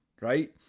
right